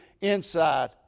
inside